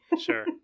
Sure